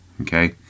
okay